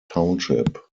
township